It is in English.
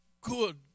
good